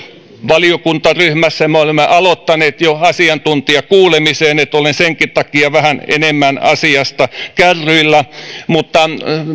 valiokuntaryhmässä mutta me olemme aloittaneet jo asiantuntijakuulemisen eli olen senkin takia vähän enemmän asiasta kärryillä ja